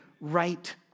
right